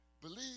believe